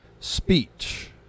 Speech